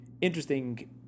interesting